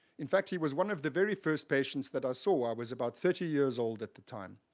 in fact, he was one of the very first patients that i saw. i was about thirty years old at the time.